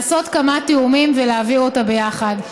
לעשות כמה תיאומים, ולהעביר אותה ביחד.